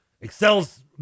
excels